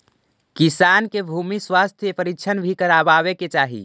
किसान के भूमि स्वास्थ्य परीक्षण भी करवावे के चाहि